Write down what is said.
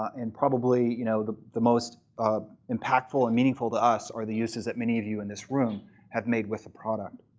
and probably you know the the most impactful and meaningful to us are the uses that many of you in this room have made with the product.